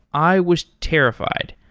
i was terrified.